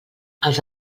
els